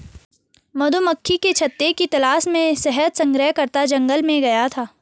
मधुमक्खी के छत्ते की तलाश में शहद संग्रहकर्ता जंगल में गया था